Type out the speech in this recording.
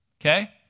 okay